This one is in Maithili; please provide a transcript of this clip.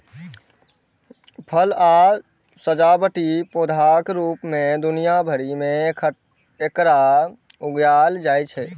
फल आ सजावटी पौधाक रूप मे दुनिया भरि मे एकरा उगायल जाइ छै